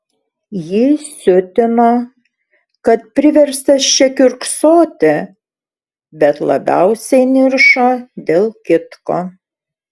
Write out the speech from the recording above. jį siutino kad priverstas čia kiurksoti bet labiausiai niršo dėl kitko